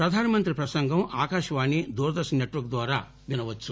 ప్రధానమంత్రి ప్రసంగం Akashvani Doordarshan network ద్వారా వినవచ్చు